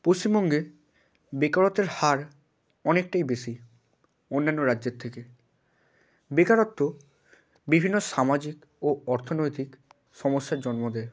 পশ্চিমবঙ্গে বেকারত্বের হার অনেকটাই বেশি অন্যান্য রাজ্যের থেকে বেকারত্ব বিভিন্ন সামাজিক ও অর্থনৈতিক সমস্যার জন্ম দেয়